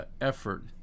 effort